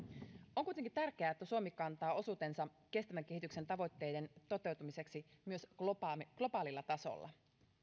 on kuitenkin tärkeää että suomi kantaa osuutensa kestävän kehityksen tavoitteiden toteutumiseksi myös globaalilla globaalilla tasolla